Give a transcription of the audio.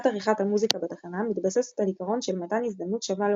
המוזיקה בתחנה מתבססת על עיקרון של מתן הזדמנות שווה לאמנים,